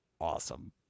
awesome